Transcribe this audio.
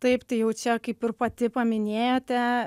taip tai jau čia kaip ir pati paminėjote